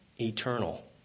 eternal